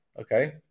Okay